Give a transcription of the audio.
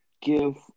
give